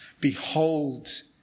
Behold